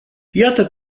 iată